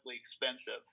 expensive